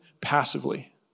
passively